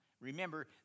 Remember